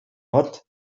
hat